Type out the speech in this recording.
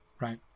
right